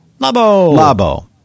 Labo